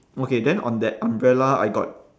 okay then on that umbrella I got